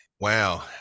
wow